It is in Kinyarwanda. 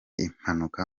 impanuka